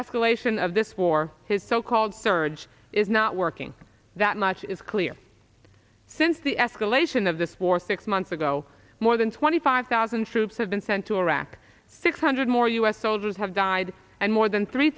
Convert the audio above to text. escalation of this war his so called surge is not working that much is clear since the escalation of this war six months ago more than twenty five thousand troops have been sent to iraq six hundred more u s soldiers have died and more than three